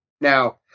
Now